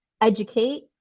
educate